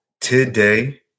today